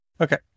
Okay